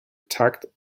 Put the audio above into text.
tugged